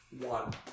One